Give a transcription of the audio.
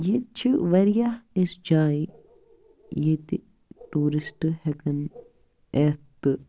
ییٚتہِ چھِ واریاہ اِژھ جایہِ ییٚتہِ ٹوٗرِسٹ ہٮ۪کَن اِتھ تہٕ